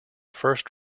first